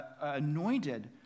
anointed